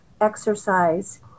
exercise